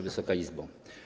Wysoka Izbo!